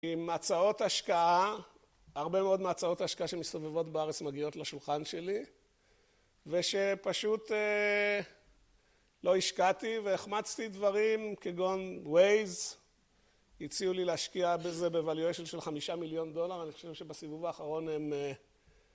עם הצעות השקעה, הרבה מאוד מהצעות ההשקעה שמסתובבות בארץ מגיעות לשולחן שלי ושפשוט לא השקעתי והחמצתי דברים כגון ווייז, הציעו לי להשקיע בזה ב valuation של חמישה מיליון דולר, אני חושב שבסיבוב האחרון הם..